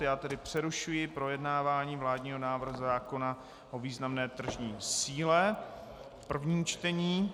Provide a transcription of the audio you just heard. Já tedy přerušuji projednávání vládního návrhu zákona o významné tržní síle, první čtení.